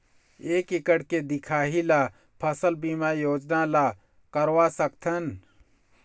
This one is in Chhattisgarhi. एक एकड़ के दिखाही ला फसल बीमा योजना ला करवा सकथन?